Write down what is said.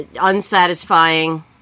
unsatisfying